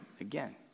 again